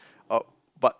oh but